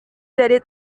dari